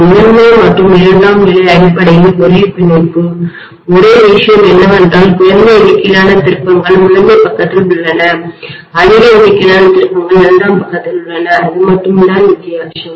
முதன்மை மற்றும் இரண்டாம் நிலை அடிப்படையில் ஒரே பிணைப்பு ஒரே விஷயம் என்னவென்றால் குறைந்த எண்ணிக்கையிலான திருப்பங்கள் முதன்மை பக்கத்தில் உள்ளன மற்றும் அதிக எண்ணிக்கையிலான திருப்பங்கள் இரண்டாம் பக்கத்தில் உள்ளன அது மட்டும்தான் வித்தியாசம்